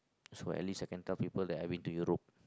so at least I can tell people that I've been to Europe